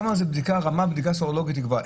כמה זה רמה בדיקה סרולוגית היא גבוהה?